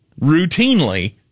routinely